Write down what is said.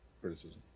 criticism